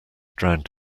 drowned